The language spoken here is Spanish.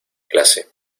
clase